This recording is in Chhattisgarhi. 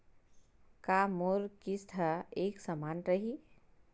का मोर किस्त ह एक समान रही?